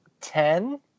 ten